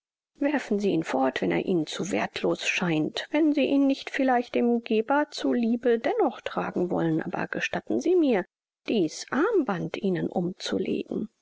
werfen sie ihn fort wenn er ihnen zu werthlos scheint wenn sie ihn nicht vielleicht dem geber zu liebe dennoch tragen wollen aber gestatten sie mir dieß armband ihnen umzulegen